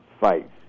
fights